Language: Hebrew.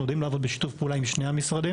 אנחנו יודעים לעבוד בשיתוף פעולה עם שני המשרדים.